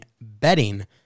betting